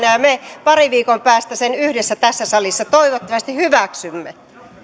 ja ja me parin viikon päästä sen yhdessä tässä salissa toivottavasti hyväksymme